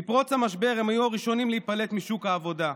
מפרוץ המשבר הם היו הראשונים להיפלט משוק העבודה,